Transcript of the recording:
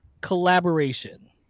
collaboration